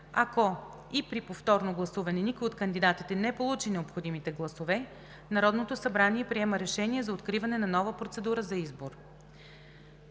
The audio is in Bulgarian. Ако и при повторното гласуване никой от кандидатите не получи необходимите гласове, Народното събрание приема решение за откриване на нова процедура за избор.